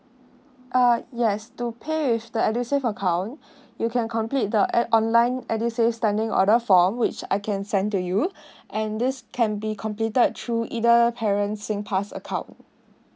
uh yes to pair with the edusave account you can complete the add online edusave standing order form which I can send to you and this can be completed through either parents sing pass account